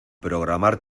programar